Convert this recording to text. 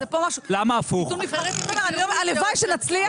הלוואי שנצליח,